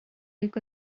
looked